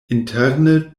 interne